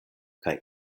kaj